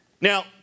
Now